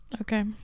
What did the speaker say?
Okay